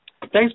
Thanks